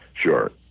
Sure